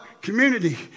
community